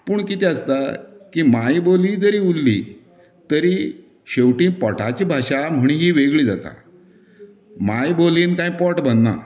पूण कितें आसता की मांयबोली जरी उरली तरी शेवटी पोटाची भाशा म्हण ही वेगळीं जाता मांयबोलयेन कांय पोट भरना